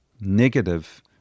negative